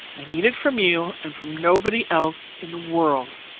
i need it from you, and from nobody else in the world.